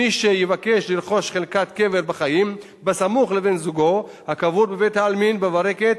מי שיבקש לרכוש חלקת קבר בחיים סמוך לבן-זוגו הקבור בבית-העלמין בברקת,